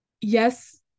yes